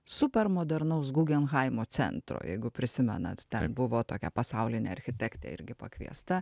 supermodernaus gugenheimo centro jeigu prisimenat ten buvo tokia pasaulinė architektė irgi pakviesta